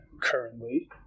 currently